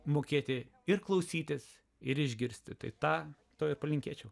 mokėti ir klausytis ir išgirsti tai tą to palinkėčiau